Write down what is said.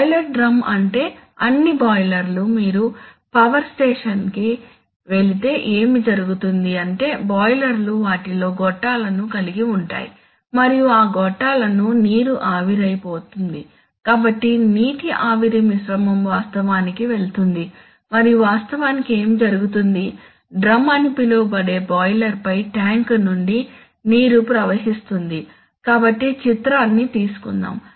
boiler drum అంటే అన్ని బాయిలర్లు మీరు పవర్ స్టేషన్ కి వెళితే ఏమి జరుగుతుంది అంటే బాయిలర్లు వాటిలో గొట్టాలను కలిగి ఉంటాయి మరియు ఆ గొట్టాలలో నీరు ఆవిరైపోతుంది కాబట్టి నీటి ఆవిరి మిశ్రమం వాస్తవానికి వెళుతుంది మరియు వాస్తవానికి ఏమి జరుగుతుంది డ్రమ్ అని పిలువబడే బాయిలర్ పై ట్యాంక్ నుండి నీరు ప్రవహిస్తుంది కాబట్టి చిత్రాన్ని తీసుకుందాం